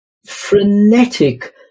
frenetic